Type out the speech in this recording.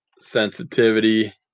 sensitivity